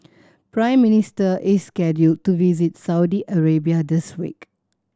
Prime Minister is scheduled to visit Saudi Arabia this week